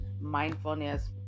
mindfulness